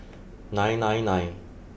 nine nine nine